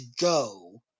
go